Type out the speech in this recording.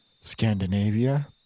Scandinavia